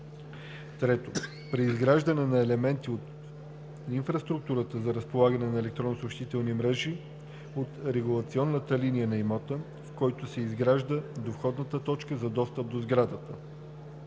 3. при изграждане на елементи от инфраструктурата за разполагане на електронна съобщителна мрежа от регулационната линия на имота, в който се изгражда, до входната точка за достъп до сграда.